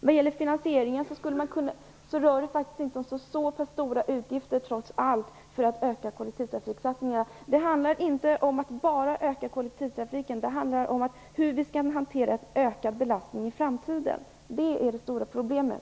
Vad gäller finansieringen, rör det sig trots allt inte om så stora utgifter för att öka kollektivtrafiksatsningarna. Det handlar inte om att bara öka kollektivtrafiken, utan också om hur vi skall hantera en ökad belastning i framtiden. Det är det stora problemet.